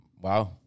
Wow